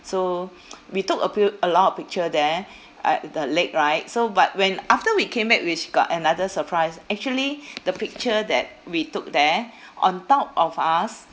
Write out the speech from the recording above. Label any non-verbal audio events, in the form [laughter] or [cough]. so [noise] we took a pi~ a lot of picture there uh the lake right so but when after we came back which got another surprise actually the picture that we took there on top of us